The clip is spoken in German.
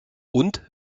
und